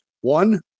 One